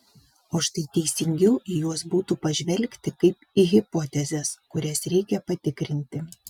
o štai teisingiau į juos būtų pažvelgti kaip į hipotezes kurias reikia patikrinti